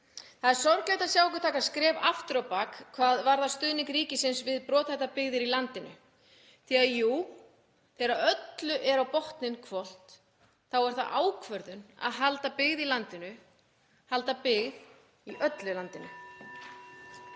Það er sorglegt að sjá okkur taka skref aftur á bak hvað varðar stuðning ríkisins við brothættar byggðir í landinu því að þegar öllu er á botninn hvolft er það ákvörðun að halda byggð í landinu, halda byggð í öllu landinu.